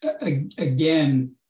again